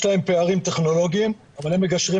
יש להם פערים טכנולוגיים אבל הם מגשרים